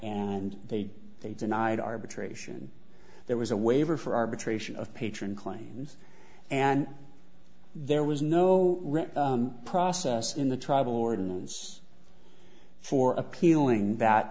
and they they denied arbitration there was a waiver for arbitration of patron claims and there was no process in the tribal ordinance for appealing that